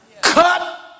cut